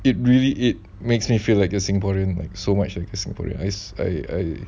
it really it makes me feel like a singaporean like so much like a singaporean like I I